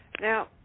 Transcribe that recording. Now